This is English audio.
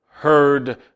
heard